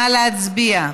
נא להצביע.